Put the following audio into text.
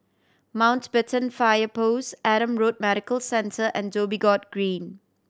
Mountbatten Fire Post Adam Road Medical Centre and Dhoby Ghaut Green